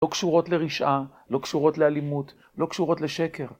לא קשורות לרשעה, לא קשורות לאלימות, לא קשורות לשקר.